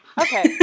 Okay